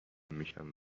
میشم